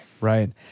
Right